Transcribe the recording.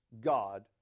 God